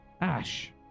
Ash